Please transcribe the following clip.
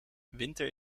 winter